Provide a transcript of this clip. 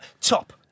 top